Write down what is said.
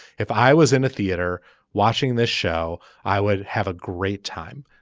if i was in a theater watching this show i would have a great time.